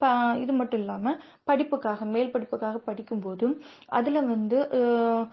இப்போ இது மட்டும் இல்லாமல் படிப்புக்காக மேல் படிப்புக்காக படிக்கும்போதும் அதில் வந்து